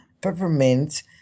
peppermint